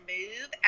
move